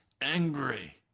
angry